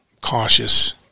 cautious